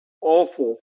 awful